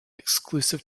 exclusive